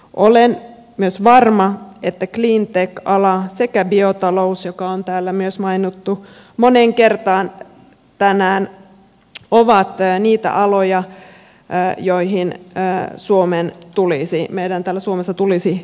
olen myös varma että cleantech ala sekä biotalous joka on täällä myös mainittu moneen kertaan tänään ovat niitä aloja joihin meidän täällä suomessa tulisi panostaa